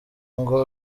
ngo